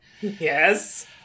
Yes